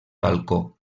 balcó